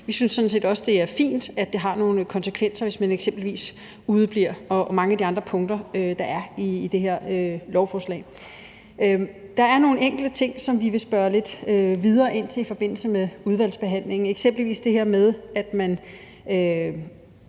set også, det er fint, at det har nogle konsekvenser, hvis man eksempelvis udebliver. Det gælder også mange af de andre punkter, der er i det her lovforslag. Der er nogle enkelte ting, som vi vil spørge lidt videre ind til i forbindelse med udvalgsbehandlingen, eksempelvis det her med, at man